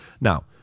Now